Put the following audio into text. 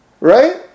Right